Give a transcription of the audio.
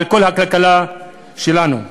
על כל הכלכלה שלנו.